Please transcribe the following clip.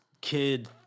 kid